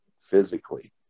physically